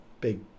big